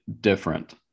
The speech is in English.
different